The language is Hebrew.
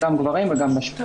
גם גברים וגם נשים.